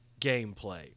gameplay